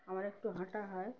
আমার একটু হাঁটা হয়